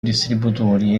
distributori